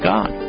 God